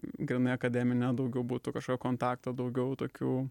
grynai akademinė daugiau būtų kažkokio kontakto daugiau tokių